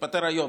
התפטר היום,